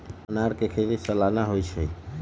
अनारकें खेति सलाना होइ छइ